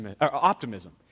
optimism